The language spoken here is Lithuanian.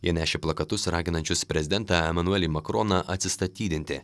jie nešė plakatus raginančius prezidentą emanuelį makroną atsistatydinti